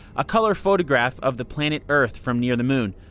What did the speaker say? color photograph of the planet earth from near the moon.